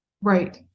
right